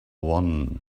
one